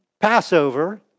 Passover